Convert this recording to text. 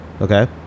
Okay